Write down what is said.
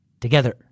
Together